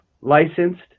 licensed